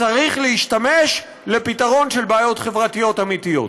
צריך להשתמש לפתרון של בעיות חברתיות אמיתיות.